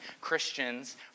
Christians